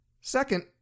Second